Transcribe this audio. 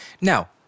Now